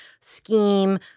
scheme